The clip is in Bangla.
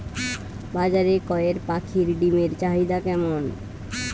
বাজারে কয়ের পাখীর ডিমের চাহিদা কেমন?